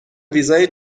ویزای